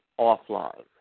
offline